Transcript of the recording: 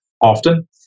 often